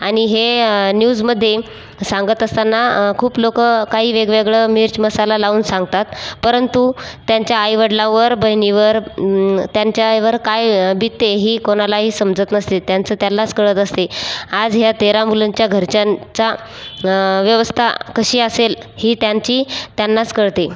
आणि हे न्यूजमध्ये सांगत असताना खूप लोकं काही वेगवेगळं मिर्चमसाला लावून सांगतात परंतु त्यांच्या आईवडलांवर बहिणीवर त्यांच्याइवर काय बितते ही कोणालाही समजत नसते त्यांचं त्यांलाच कळत असते आज ह्या तेरा मुलांच्या घरच्यांचा व्यवस्था कशी असेल ही त्यांची त्यांनाच कळते